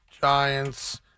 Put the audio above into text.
Giants